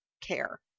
care